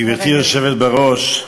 גברתי היושבת בראש,